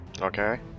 Okay